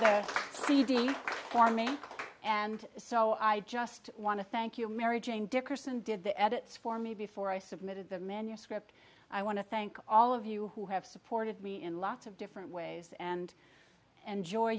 cd for me and so i just want to thank you mary jane dickerson did the edits for me before i submitted the manuscript i want to thank all of you who have supported me in lots of different ways and enjoy